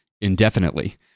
indefinitely